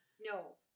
no